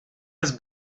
his